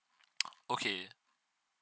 okay